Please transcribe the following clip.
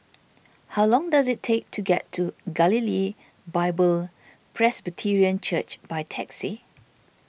how long does it take to get to Galilee Bible Presbyterian Church by taxi